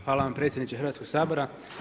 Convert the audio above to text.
Hvala vam predsjedniče Hrvatskoga sabora.